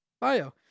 bio